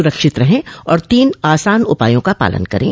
सुरक्षित रहें और तीन आसान उपायों का पालन करें